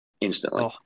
instantly